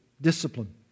discipline